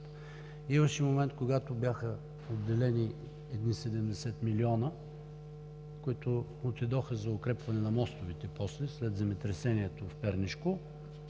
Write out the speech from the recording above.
Имаше момент, когато бяха отделени едни 70 милиона, които отидоха за укрепване на мостовете, след земетресението в Пернишко,